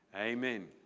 amen